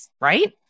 right